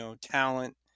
talent